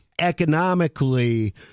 economically